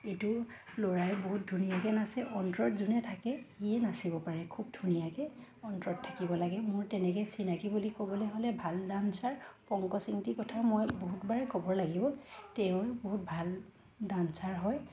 এইটো ল'ৰাই বহুত ধুনীয়াকৈ নাচে অন্তৰত যোনে থাকে সিয়ে নাচিব পাৰে খুব ধুনীয়াকৈ অন্তৰত থাকিব লাগে মোৰ তেনেকৈ চিনাকী বুলি ক'বলৈ হ'লে ভাল ডান্সাৰ পংকজ ইংতিৰ কথা মই বহুতবাৰ ক'ব লাগিব তেওঁৰ বহুত ভাল ডান্সাৰ হয়